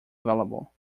available